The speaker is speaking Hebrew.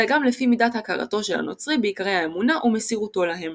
אלא גם לפי מידת הכרתו של הנוצרי בעיקרי האמונה ומסירותו להם.